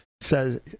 says